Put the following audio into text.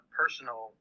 personal